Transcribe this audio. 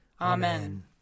Amen